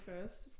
first